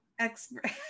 Expert